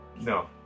No